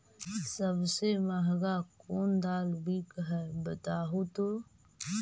सबसे महंगा कोन दाल बिक है बताहु तो?